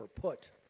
put